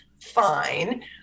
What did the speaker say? fine